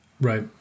right